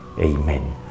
Amen